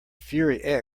fury